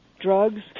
drugs